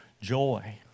joy